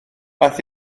aeth